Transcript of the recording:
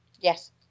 Yes